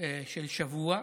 של שבוע,